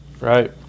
Right